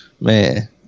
man